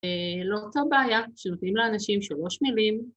‫לא אותה בעיה, ‫שירותים לאנשים של ראש מילים.